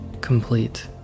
complete